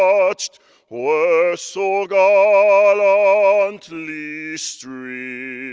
um watched were so ah gallantly streaming